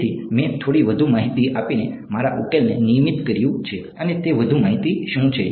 તેથી મેં થોડી વધુ માહિતી આપીને મારા ઉકેલને નિયમિત કર્યું છે અને તે વધુ માહિતી શું છે